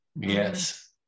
Yes